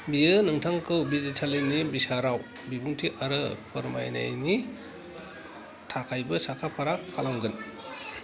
बियो नोंथांखौ बिजिरसालिनि बिसाराव बिबुंथि आरो फोरमायनायनि थाखायबो साखा फारा खालामगोन